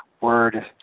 word